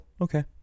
okay